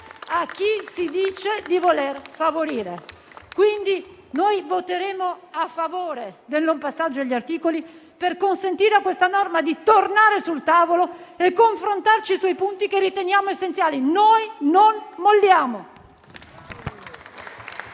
a chi si dice di voler favorire. Pertanto, noi voteremo a favore del non passaggio agli articoli, per consentire a questa norma di tornare sul tavolo e confrontarci sui punti che riteniamo essenziali. Noi non molliamo.